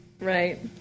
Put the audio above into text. Right